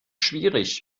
schwierig